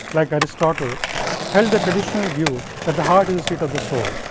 like aristotle, held the traditional view that the heart is the seat of the soul.